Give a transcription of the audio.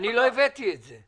אני לא הבאתי את זה.